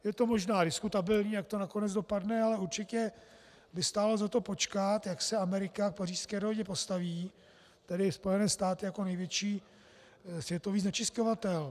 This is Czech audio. Je to možná diskutabilní, jak to nakonec dopadne, ale určitě by stálo za to počkat, jak se Amerika k Pařížské dohodě postaví, tedy Spojené státy jako největší světový znečisťovatel.